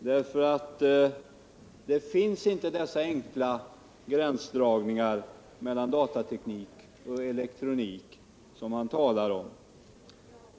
Det går nämligen inte att göra sådana enkla gränsdragningar mellan datateknik och elektronik.